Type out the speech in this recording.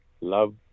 love